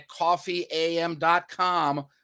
coffeeam.com